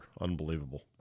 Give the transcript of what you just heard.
Unbelievable